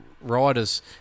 riders